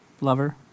Lover